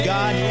God